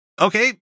okay